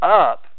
up